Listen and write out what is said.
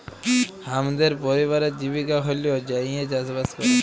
হামদের পরিবারের জীবিকা হল্য যাঁইয়ে চাসবাস করা